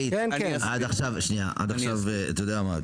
עד עכשיו אתה יודע מה?